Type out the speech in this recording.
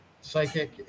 psychic